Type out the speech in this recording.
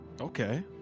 Okay